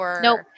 Nope